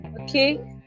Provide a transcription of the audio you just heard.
okay